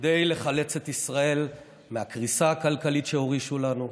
כדי לחלץ את ישראל מהקריסה הכלכלית שהורישו לנו,